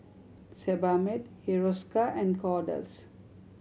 Sebamed Hiruscar and Kordel's